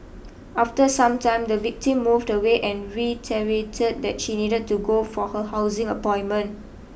after some time the victim moved away and reiterated that she needed to go for her housing appointment